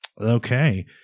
Okay